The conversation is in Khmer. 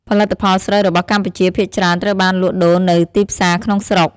ផលិតផលស្រូវរបស់កម្ពុជាភាគច្រើនត្រូវបានលក់ដូរនៅទីផ្សារក្នុងស្រុក។